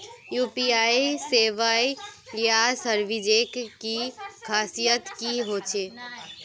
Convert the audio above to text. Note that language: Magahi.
यु.पी.आई सेवाएँ या सर्विसेज की खासियत की होचे?